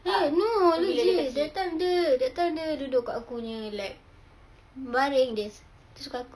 eh no legit that time dia that time dia duduk dekat aku punya lap baring dia dia suka aku